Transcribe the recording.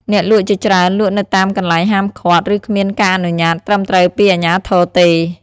អ្នកលក់ជាច្រើនលក់នៅតាមកន្លែងហាមឃាត់ ឬ គ្មានការអនុញ្ញាតិត្រឹមត្រូវពីអាជ្ញាធរទេ។